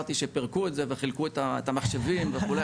נזכרתי שפרקו את זה וחילקו את המחשבים וכו',